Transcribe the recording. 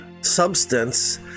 substance